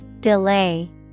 Delay